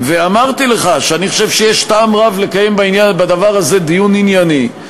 ואמרתי לך שאני חושב שיש טעם רב לקיים בדבר הזה דיון ענייני,